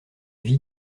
vit